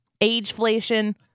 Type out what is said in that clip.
Ageflation